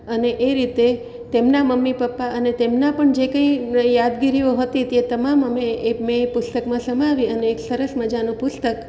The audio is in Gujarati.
અને એ રીતે તેમનાં મમ્મી પપ્પા અને તેમના પણ જે કંઇ યાદગીરીઓ હતી તે તમામ અમે એ મેં પુસ્તકમાં સમાવી અને એક સરસ મજાનું પુસ્તક